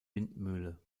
windmühle